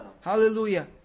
Hallelujah